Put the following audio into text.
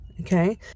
Okay